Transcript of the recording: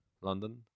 london